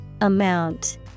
Amount